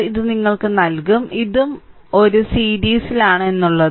ഇത് നിങ്ങൾക്ക് നൽകും ഇതും ഇതും സീരീസിലാണ് എന്നുള്ളത്